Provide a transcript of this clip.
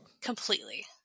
completely